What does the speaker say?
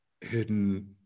hidden